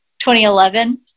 2011